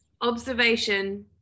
Observation